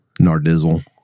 Nardizzle